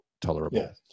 tolerable